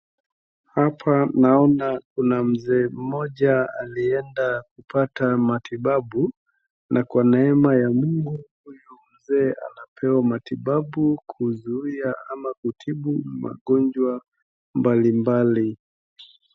Hapa naona kuna mzee mmoja alienda kupata matibabu, na kwa neema ya mungu huyu mzee anapewa matibabu kuzuia ama kutibu magonjwa mbalimbali.